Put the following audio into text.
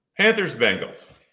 Panthers-Bengals